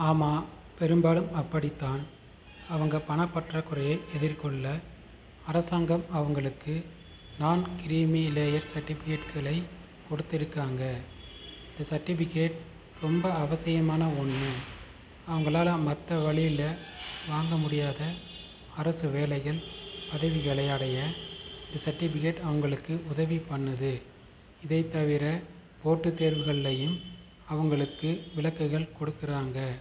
ஆமாம் பெரும்பாலும் அப்படி தான் அவங்க பணப்பற்றாக்குறையை எதிர்கொள்ள அரசாங்கம் அவர்களுக்கு நான் க்ரீமி லேயர் சர்டிஃபிகேட்களை கொடுத்திருக்காங்க இந்த சர்டிஃபிகேட் ரொம்ப அவசியமான ஒன்று அவர்களால மற்ற வழில வாங்க முடியாத அரசு வேலைகள் பதவிகளை அடைய இந்த சர்டிஃபிகேட் அவர்களுக்கு உதவி பண்ணுது இதைத்தவிர போட்டி தேர்வுகள்லேயும் அவர்களுக்கு விலக்குகள் கொடுக்குறாங்க